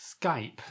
Skype